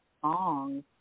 songs